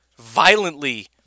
Violently